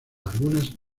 algunas